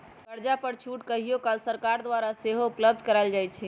कर्जा पर छूट कहियो काल सरकार द्वारा सेहो उपलब्ध करायल जाइ छइ